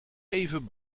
even